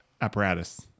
Apparatus